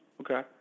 Okay